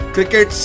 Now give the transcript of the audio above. Cricket